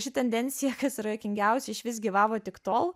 ši tendencija kas yra juokingiausia išvis gyvavo tik tol